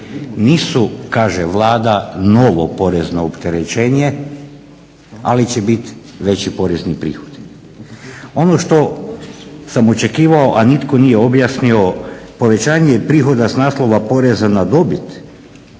nisu kaže Vlada novo porezno opterećenje, ali će biti veći porezni prihodi. Ono što sam očekivao a nitko nije objasnio povećanje prihoda s naslova poreza na dobit